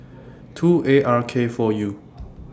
two A R K four U